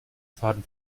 faden